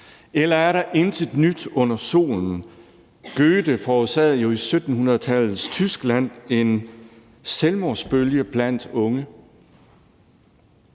Eller er der intet nyt under solen? Goethe forårsagede jo i 1700-tallets Tyskland en selvmordsbølge blandt unge.